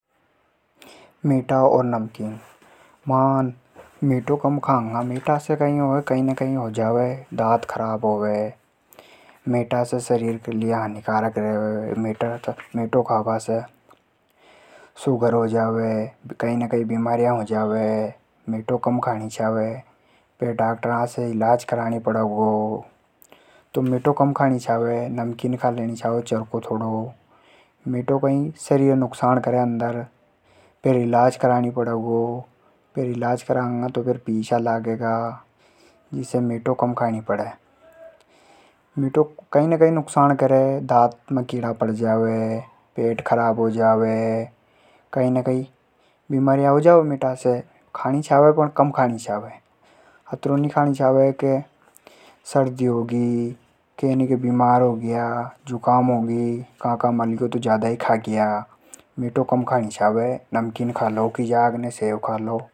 मीठा और नमकीन। मा कई मीठो कम खांगा। मीठा खाबा से कई ने कई हो जावे। दांत खराब होवे। मीठो खाबो शरीर के लिए हानिकारक रेवे। मीठो खाबा से शुगर हो जावे। ओर भी कई ने कई हो जावे। मीठो कम खाणी छावे फेर डॉक्टर से इलाज करानी पड़े। मीठो कई ने कई नुकसान करे। दांत में कीड़ा पड़ जावे। सर्दी हो जावे। जिसे कम खाणी छावे। मीठा की जगह नमकीन खा लेनी चावे।